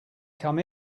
come